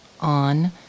on